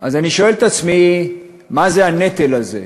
אז אני שואל את עצמי מה זה הנטל הזה.